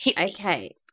Okay